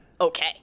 Okay